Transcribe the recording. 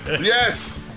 Yes